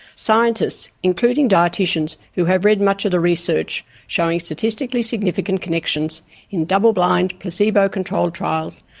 scientists, including dietitians who have read much of the research showing statistically significant connections in double-blind, placebo-controlled trials,